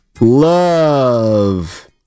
love